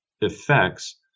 effects